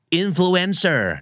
influencer